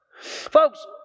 Folks